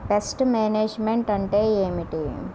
Pest management అంటే ఏమిటి?